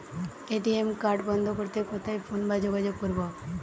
ATM card বন্ধ করতে কোথায় ফোন বা যোগাযোগ করব?